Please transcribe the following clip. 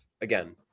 Again